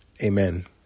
Amen